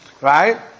right